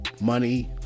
money